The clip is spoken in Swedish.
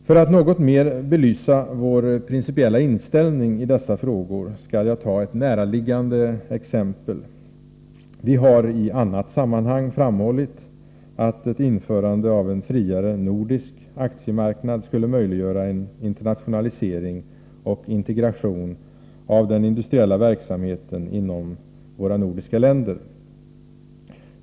För att något mer belysa vår principiella inställning i dessa frågor skall jag ta ett näraliggande exempel. Vi har i annat sammanhang framhållit att ett införande av en friare nordisk aktiemarknad skulle möjliggöra en internationalisering och integration av den industriella verksamheten inom våra nordiska länder.